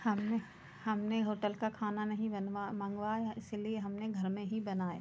हमने हमने होटल का खाना नहीं बनवा मँगवाया इसीलिए हमने घर में ही बनाए